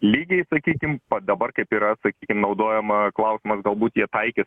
lygiai sakykim pas dabar kaip yra sakykim naudojama klausimas galbūt jie taikys